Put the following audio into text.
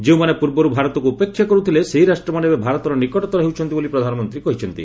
ଯେଉଁମାନେ ପୂର୍ବରୁ ଭାରତକୁ ଉପେକ୍ଷା କରୁଥିଲେ ସେହି ରାଷ୍ଟ୍ରମାନେ ଏବେ ଭାରତର ନିକଟତର ହେଉଛନ୍ତି ବୋଲି ପ୍ରଧାନମନ୍ତ୍ରୀ କହିଛନ୍ତି